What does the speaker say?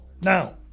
Now